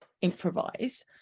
improvise